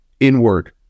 inward